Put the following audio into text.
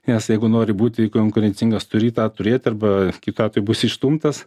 nes jeigu nori būti konkurencingas turi tą turėti arba kitu atveju būsi išstumtas